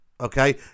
Okay